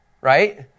right